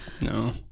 No